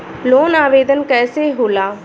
Loan आवेदन कैसे होला?